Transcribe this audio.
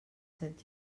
set